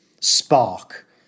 spark